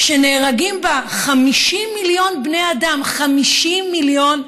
שנהרגו בה 50 מיליון בני אדם, 50 מיליון,